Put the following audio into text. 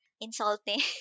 insulting